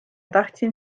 tahtsin